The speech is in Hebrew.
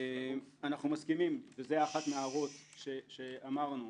אנחנו מסכימים וזו אחת ההערות שאמרנו,